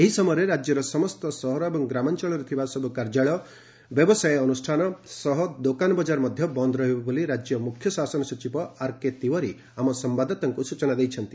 ଏହି ସମୟରେ ରାଜ୍ୟର ସମସ୍ତ ସହର ଏବଂ ଗ୍ରାମାଞ୍ଚଳରେ ଥିବା ସବୁ କାର୍ଯ୍ୟାଳୟ ବ୍ୟବସାୟ ଅନୁଷ୍ଠାନ ସହ ଦୋକାନବଜାର ମଧ୍ୟ ବନ୍ଦ ରହିବ ବୋଲି ରାଜ୍ୟ ମୁଖ୍ୟ ଶାସନ ସଚିବ ଆର୍କେ ତିୱାରୀ ଆମ ସମ୍ଘାଦଦାତାଙ୍କୁ ସୂଚନା ଦେଇଛନ୍ତି